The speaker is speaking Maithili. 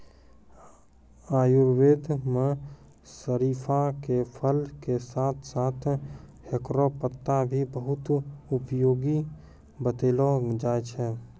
आयुर्वेद मं शरीफा के फल के साथं साथं हेकरो पत्ता भी बहुत उपयोगी बतैलो जाय छै